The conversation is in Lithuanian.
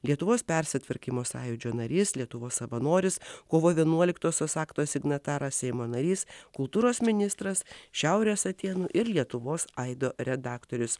lietuvos persitvarkymo sąjūdžio narys lietuvos savanoris kovo vienuoliktosios akto signataras seimo narys kultūros ministras šiaurės atėnų ir lietuvos aido redaktorius